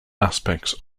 aspects